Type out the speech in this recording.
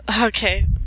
Okay